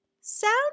sound